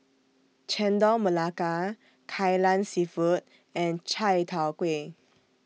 Chendol Melaka Kai Lan Seafood and Chai Tow Kuay